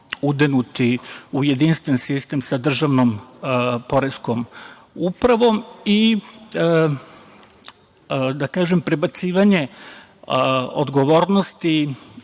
udenuti u jedinstven sistem sa državnom poreskom upravom i prebacivanje odgovornosti